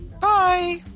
Bye